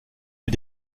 est